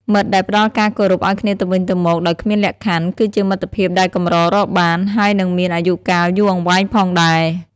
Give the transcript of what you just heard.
មិត្តដែលផ្តល់ការគោរពឱ្យគ្នាទៅវិញទៅមកដោយគ្មានលក្ខខណ្ឌគឺជាមិត្តភាពដែលកម្ររកបាន ហើយនិងមានអាយុកាលយូរអង្វែងផងដែរ។